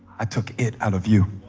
i took it out of you